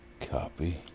Copy